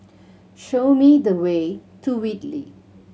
show me the way to Whitley